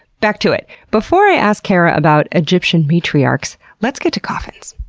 back to it. before i ask kara about egyptian matriarchs, let's get to coffins.